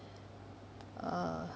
uh